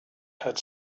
had